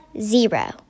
Zero